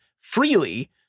freely